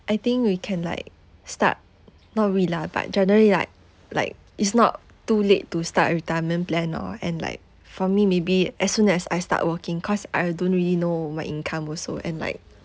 I think we can like start not we lah but generally like like it's not too late to start a retirement plan or and like for me maybe as soon as I start working cause I don't really know my income also and like